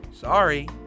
sorry